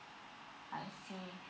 I see